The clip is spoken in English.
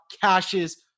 caches